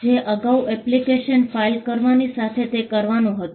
જે અગાઉ application file કરવાની સાથે તે કરવાનું હતું